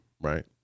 right